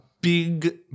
big